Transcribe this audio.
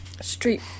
Street